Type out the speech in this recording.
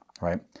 right